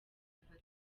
vatican